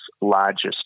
largest